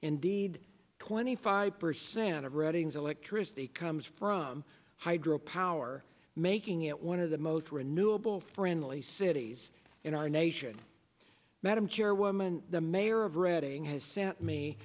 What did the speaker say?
indeed twenty five percent of reading's electricity comes from hydro power making it one of the most renewal friendly cities in our nation madam chairwoman the mayor of reading has sent me